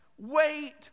Wait